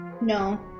No